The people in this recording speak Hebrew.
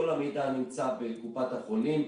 כל המידע נמצא בקופות החולים.